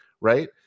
right